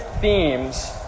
themes